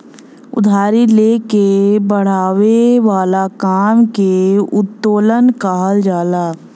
उधारी ले के बड़ावे वाला काम के उत्तोलन कहल जाला